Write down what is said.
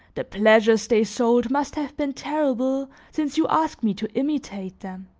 the pleasures they sold must have been terrible since you ask me to imitate them!